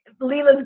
Lila's